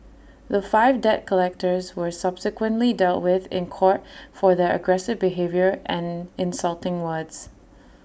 the five debt collectors were subsequently dealt with in court for their aggressive behaviour and insulting words